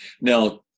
Now